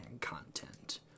content